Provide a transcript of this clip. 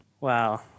Wow